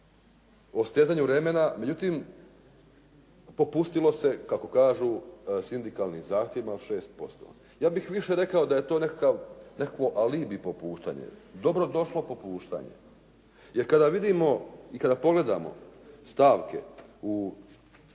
O stezanju remena, međutim popustilo se kako kažu sindikalnim zahtjevima 6%. Ja bih više rekao da je to nekakvo alibi popuštanje, dobrodošlo popuštanje jer kada vidimo i kada pogledamo stavke koje